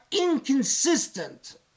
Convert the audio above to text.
inconsistent